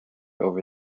over